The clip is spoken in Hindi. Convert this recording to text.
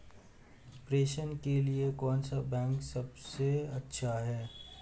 प्रेषण के लिए कौन सा बैंक सबसे अच्छा है?